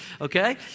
Okay